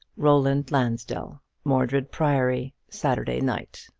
roland lansdell. mordred priory, saturday night.